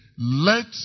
Let